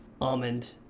almond